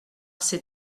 ses